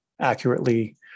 accurately